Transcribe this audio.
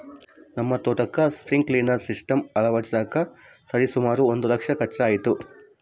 ನಮ್ಮ ತೋಟಕ್ಕೆ sprinkler system ಅಳವಡಿಸಕ ಸರಿಸುಮಾರು ಒಂದು ಲಕ್ಷ ಖರ್ಚಾಯಿತು